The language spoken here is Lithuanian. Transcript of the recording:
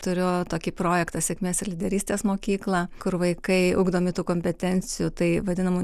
turiu tokį projektą sėkmės ir lyderystės mokyklą kur vaikai ugdomi tų kompetencijų tai vadinamų